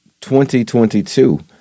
2022